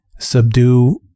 subdue